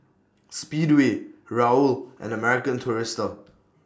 Speedway Raoul and American Tourister